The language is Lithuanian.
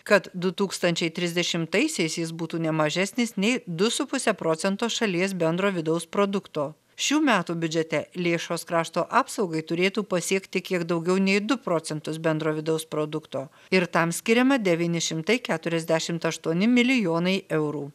kad du tūkstančiai trisdešimtaisiais jis būtų ne mažesnis nei du su puse procento šalies bendro vidaus produkto šių metų biudžete lėšos krašto apsaugai turėtų pasiekti kiek daugiau nei du procentus bendro vidaus produkto ir tam skiriama devyni šimtai keturiasdešimt aštuoni milijonai eurų